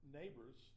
neighbors